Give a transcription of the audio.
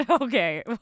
Okay